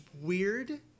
weird